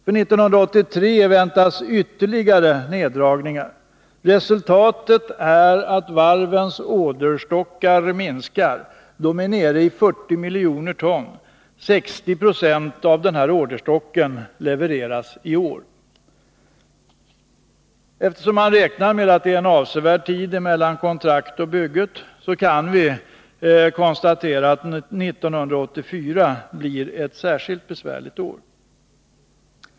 För 1983 väntas ytterligare neddragningar. Resultatet är att varvens orderstockar minskar. De är nu nere i 40 miljoner ton. 60 26 av denna orderstock levereras i år. Eftersom man räknar med att det är en avsevärd tid mellan kontraktet och bygget, kan vi konstatera att 1984 kommer att bli ett särskilt besvärligt år.